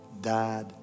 died